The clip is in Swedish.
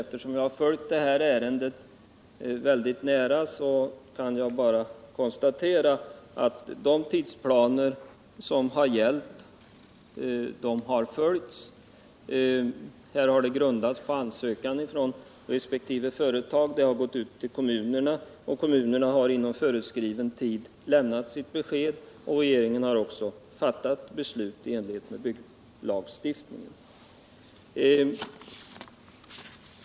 Eftersom jag har följt detta ärende mycket nära, kan jag konstatera att de tidsplaner som har gällt också har följts. Handläggningen har grundats på ansökan från resp. företag, handlingarna har gått ut till kommunerna och kommunerna har inom föreskriven tid lämnat sina besked. Regeringen har också fattat beslut i enlighet med bygglagstiftningen.